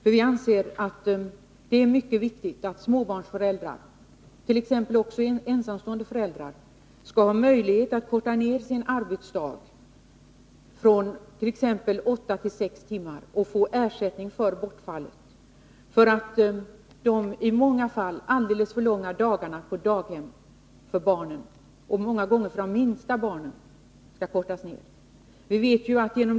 Vi anser att det är mycket viktigt att småbarnsföräldrar, ta som exempel ensamstående föräldrar, skall ha möjlighet att avkorta sin arbetsdag från t.ex. 8 till 6 timmar och få ersättning för inkomstbortfallet. I många fall är dagarna på daghemmen alldeles för långa för barnen — ofta gäller det de minsta barnen — och bör kortas ned.